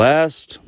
Last